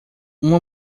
uma